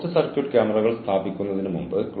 പിന്നെ അവർക്ക് പ്രകടനം നടത്താൻ കഴിയുന്നില്ല